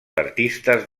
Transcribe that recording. artistes